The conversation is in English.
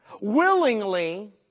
willingly